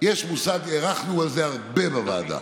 על תוכנית חומש.